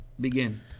Begin